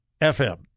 FM